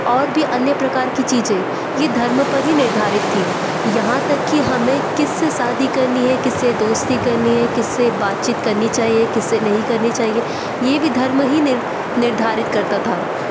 और भी अन्य प्रकार की चीज़ें यह धर्म पर ही निर्धारित थी यहाँ तक कि हमें किससे शादी करनी है किससे दोस्ती करनी है किससे बातचीत करनी चाहिए किससे नहीं करनी चाहिए यह भी धर्म ही निर निर्धारित करता था